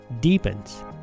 deepens